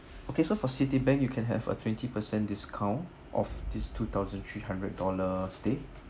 okay so for Citibank you can have a twenty percent discount of these two thousand three hundred dollar stay